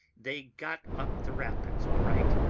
they got up the rapids all right,